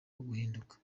guhinduka